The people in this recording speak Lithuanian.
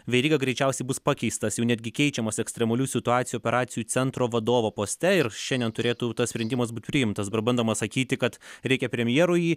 veryga greičiausiai bus pakeistas jau netgi keičiamas ekstremalių situacijų operacijų centro vadovo poste ir šiandien turėtų tas sprendimas būt priimtas dabar bandoma sakyti kad reikia premjerui